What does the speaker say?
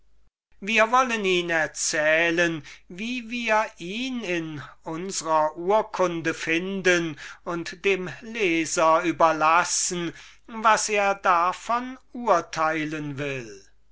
wir wollen ihn erzählen wie wir ihn in unsrer urkunde finden und dem leser überlassen was er davon urteilen will